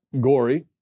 gory